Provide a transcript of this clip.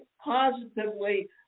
positively